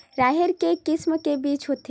राहेर के किसम के बीज होथे?